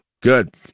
Good